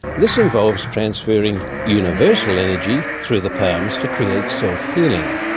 this involves transferring universal energy through the palms to create self-healing.